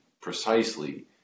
precisely